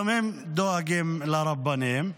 גם הם דואגים לרבנים.